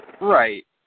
Right